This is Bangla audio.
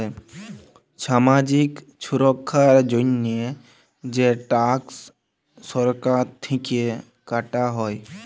ছামাজিক ছুরক্ষার জন্হে যে ট্যাক্স সরকার থেক্যে কাটা হ্যয়